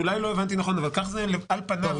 כך זה על פניו